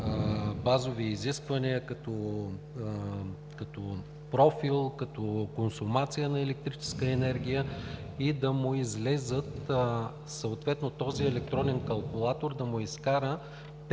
базови изисквания като профил, като консумация на електрическа енергия и съответно електронният калкулатор да му изкара петте